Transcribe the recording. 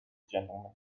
gentlemen